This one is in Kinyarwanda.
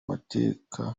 mateka